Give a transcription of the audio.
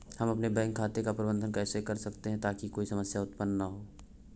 हम अपने बैंक खाते का प्रबंधन कैसे कर सकते हैं ताकि कोई समस्या उत्पन्न न हो?